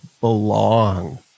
belong